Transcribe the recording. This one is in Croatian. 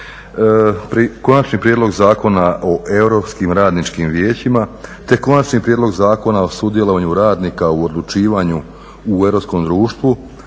Konačni prijedlog Zakona o Europskim radničkim vijećima te konačni prijedlog Zakona o sudjelovanju radnika u odlučivanju u europskom društvu